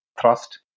thrust